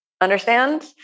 Understand